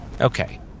Okay